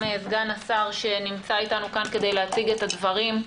לסגן השר שנמצא איתנו כאן כדי להציג את הדברים,